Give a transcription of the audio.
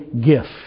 gift